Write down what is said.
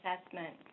assessment